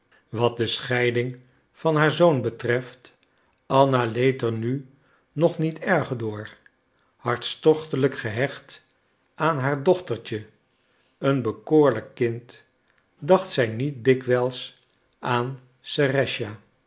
wat de scheiding van haar zoon betreft anna leed er nu nog niet erg door hartstochtelijk gehecht aan haar dochtertje een bekoorlijk kind dacht zij niet dikwijls aan